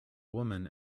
woman